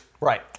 Right